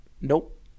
Nope